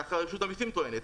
כך רשות המסים טוענת,